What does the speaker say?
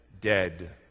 dead